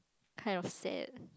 kind of sad